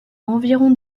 environ